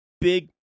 big